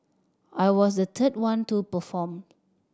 I was the third one to perform